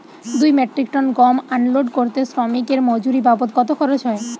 দুই metric tonne গম unload করতে শ্রমিক এর মজুরি বাবদ কত খরচ হয়?